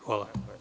Hvala.